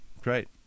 Great